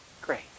Great